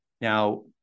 Now